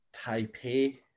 Taipei